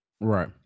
right